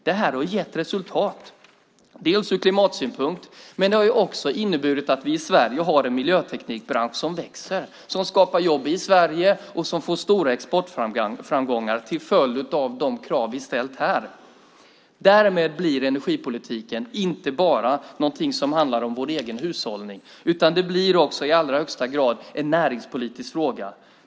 Detta har gett resultat, dels ur klimatsynpunkt, dels genom att det har inneburit att vi i Sverige har en miljöteknikbransch som växer och som får stora exportframgångar på grund av de krav som vi har ställt här. Därmed blir energipolitiken något som inte bara handlar om vår egen hushållning, utan det blir i högsta grad också en näringspolitisk fråga.